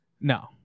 No